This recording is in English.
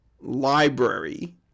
library